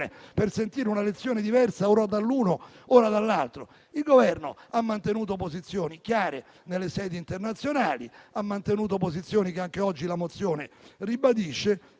per sentire una lezione diversa ora dall'uno e ora dall'altro. Il Governo ha mantenuto posizioni chiare nelle sedi internazionali, ha mantenuto posizioni che anche oggi la proposta di